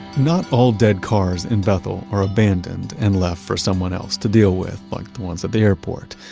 not all dead cars in bethel are abandoned and left for someone else to deal with like the ones at the airport.